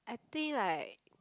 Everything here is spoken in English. I think like